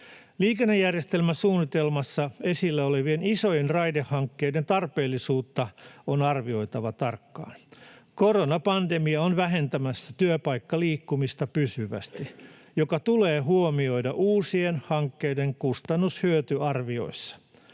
Liikennejärjestelmäsuunnitelmassa esillä olevien isojen raidehankkeiden tarpeellisuutta on arvioitava tarkkaan. Koronapandemia on vähentämässä työpaikkaliikkumista pysyvästi, mikä tulee huomioida uusien hankkeiden kustannushyötyarvioissa.